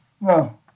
No